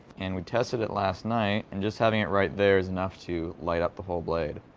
and we tested it last night and just having it right there is enough to light up the whole blade.